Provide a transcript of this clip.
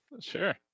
Sure